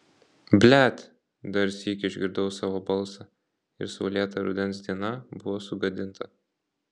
blet dar sykį išgirdau savo balsą ir saulėta rudens diena buvo sugadinta